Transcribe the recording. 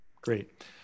Great